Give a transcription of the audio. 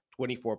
24